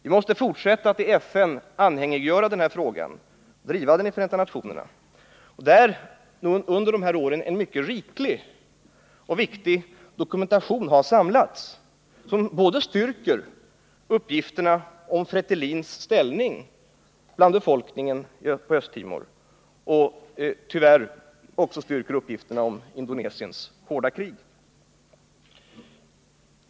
Vi måste fortsätta att anhängiggöra Östtimorfrågan och driva den i Förenta nationerna, där under dessa år en mycket riklig och viktig dokumentation har samlats som styrker både uppgifterna om Fretilins ställning bland befolkningen i Östtimor och tyvärr också uppgifterna om Indonesiens hårda krig.